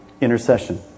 intercession